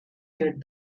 get